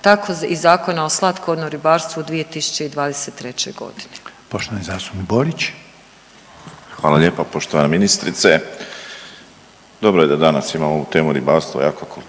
tako i Zakona o slatkovodnom ribarstvu u 2023. godini.